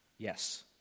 Yes